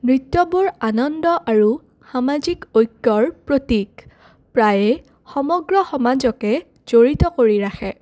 নৃত্যবোৰ আনন্দ আৰু সামাজিক ঐক্যৰ প্ৰতীক প্ৰায়ে সমগ্ৰ সমাজকে জড়িত কৰি ৰাখে